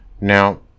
Now